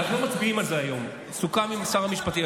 הרי לא מצביעים על זה היום, סוכם עם שר המשפטים.